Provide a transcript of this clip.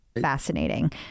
fascinating